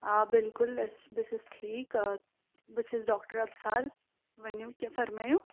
آ بِلکُل أسۍ بہٕ چھَس ٹھیٖک آ بہٕ چھَس ڈاکٹر ابصال ؤنِو کیٚنٛہہ فَرمٲیِو